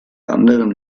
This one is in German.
anderen